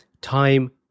Time